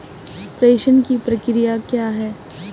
प्रेषण की प्रक्रिया क्या है?